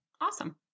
awesome